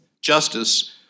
justice